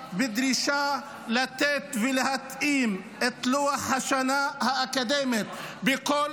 באה בדרישה לתת ולהתאים את לוח השנה האקדמי בכל